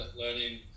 learning